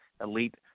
Elite